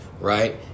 right